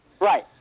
Right